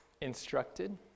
instructed